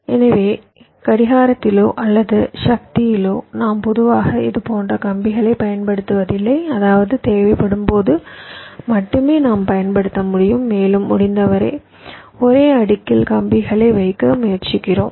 எனவே கடிகாரத்திலோ அல்லது சக்தியிலோ நாம் பொதுவாக இதுபோன்ற கம்பிகளைப் பயன்படுத்துவதில்லை அதாவது தேவைப்படும்போது மட்டுமே நாம் பயன்படுத்த முடியும் மேலும் முடிந்தவரை ஒரே அடுக்கில் கம்பிகளை வைக்க முயற்சிக்கிறோம்